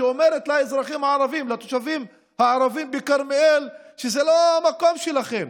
שאומרת לתושבים הערבים בכרמיאל: זה לא המקום שלכם,